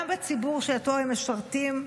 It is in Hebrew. גם בציבור שאותו הם משרתים,